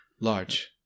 Large